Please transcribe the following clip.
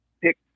pick